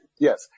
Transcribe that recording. Yes